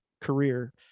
career